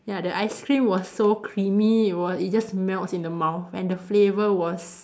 ya the ice cream was so creamy it was it just melts in the mouth and the flavour was